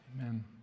Amen